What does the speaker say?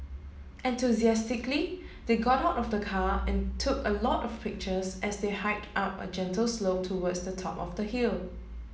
enthusiastically they got out of the car and took a lot of pictures as they hiked up a gentle slope towards the top of the hill